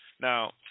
now